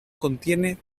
contiene